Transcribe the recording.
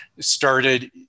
started